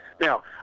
Now